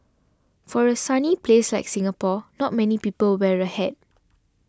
for a sunny place like Singapore not many people wear a hat